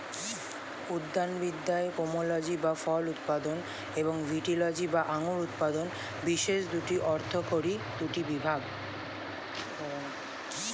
উদ্যানবিদ্যায় পোমোলজি বা ফল উৎপাদন এবং ভিটিলজি বা আঙুর উৎপাদন বিশেষ অর্থকরী দুটি বিভাগ